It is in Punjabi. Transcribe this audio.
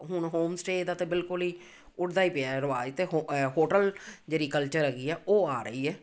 ਹੁਣ ਹੋਮ ਸਟੇਅ ਦਾ ਤਾਂ ਬਿਲਕੁਲ ਹੀ ਉੱਡਦਾ ਹੀ ਪਿਆ ਰਿਵਾਜ਼ ਤਾਂ ਹੋ ਹੋਟਲ ਜਿਹੜੀ ਕਲਚਰ ਹੈਗੀ ਆ ਉਹ ਆ ਰਹੀ ਹੈ